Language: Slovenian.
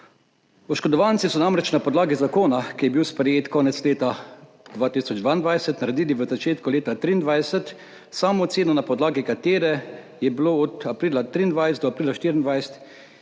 Oškodovanci so namreč na podlagi zakona, ki je bil sprejet konec leta 2022, naredili v začetku leta 2023 samo oceno, na podlagi katere je bilo od aprila 2023 do aprila 2024